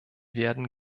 werden